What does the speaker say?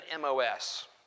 MOS